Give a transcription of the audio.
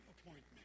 appointment